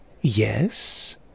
Yes